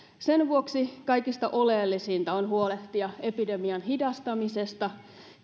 sen vuoksi kaikista oleellisinta on huolehtia epidemian hidastamisesta